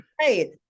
right